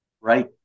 right